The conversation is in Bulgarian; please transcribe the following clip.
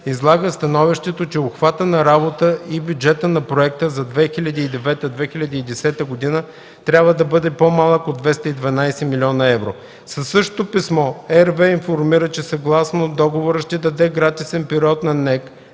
излага становище, че обхвата на работата и бюджета по проекта за 2009/2010 г. трябва да бъде по-малък от 212 млн. евро. Със същото писмо RWE информира, че съгласно договора ще даде гратисен период на НЕК